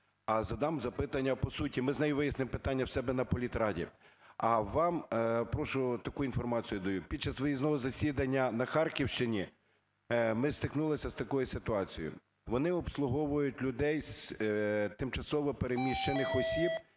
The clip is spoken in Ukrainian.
а задам запитання по суті. Ми з нею вияснимо питання у себе на політраді. А вам, прошу, таку інформацію даю. Під час виїзного засідання на Харківщині ми стикнулися з такою ситуацією. Вони обслуговують людей з тимчасово переміщених осіб